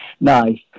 nice